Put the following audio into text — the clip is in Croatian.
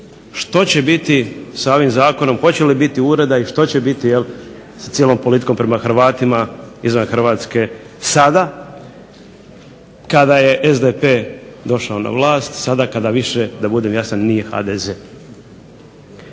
što će biti sa ovim zakonom, hoće li biti ureda i što će biti jel s cijelom politikom prema Hrvatima izvan Hrvatske sada kada je SDP došao na vlast sada kada više da budem jasan nije HDZ.